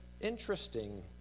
interesting